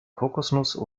kokosnuss